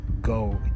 go